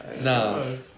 No